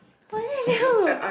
what did I do